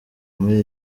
muri